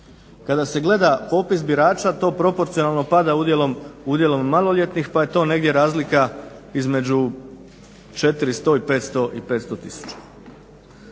Kada se gleda popis birača to proporcionalno pada udjelom maloljetnih pa je to negdje razlika između 400 i 500 tisuća.